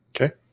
Okay